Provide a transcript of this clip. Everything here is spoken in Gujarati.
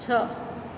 છ